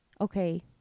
okay